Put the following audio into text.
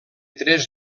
tres